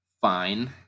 fine